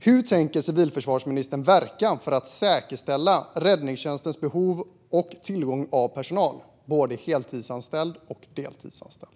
Hur tänker civilförsvarsministern verka för att säkerställa räddningstjänstens behov av och tillgång till personal, både heltidsanställd och deltidsanställd?